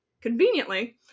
Conveniently